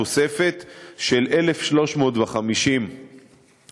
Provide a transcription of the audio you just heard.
תוספת של 1,350 שוטרים.